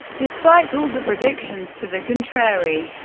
despite all the predictions to the contrary,